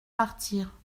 partir